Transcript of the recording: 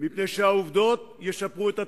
מפני שהעובדות ישפרו את התחושות.